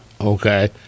Okay